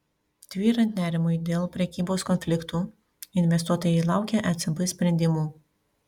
tvyrant nerimui dėl prekybos konfliktų investuotojai laukia ecb sprendimų